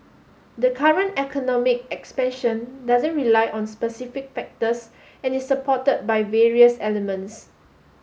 the current economic expansion doesn't rely on specific factors and is supported by various elements